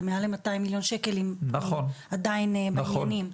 זה מעל למאתיים מיליון שקל אם הן עדיין בעניינים.